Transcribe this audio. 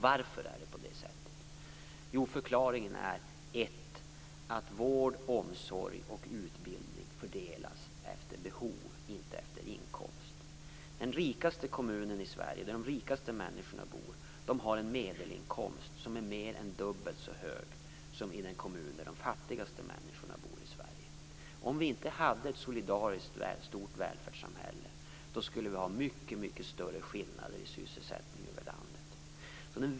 Varför är det på det sättet? Förklaringen är främst att vård, omsorg och utbildning fördelas efter behov och inte efter inkomst. I den rikaste kommunen i Sverige, där de rikaste människorna bor, är medelinkomsten mer är dubbelt så hög som i den kommun där de fattigaste människorna bor i Sverige. Om vi inte hade ett solidariskt och stort välfärdssamhälle skulle det vara mycket, mycket större skillnader i sysselsättning över landet.